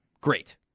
Great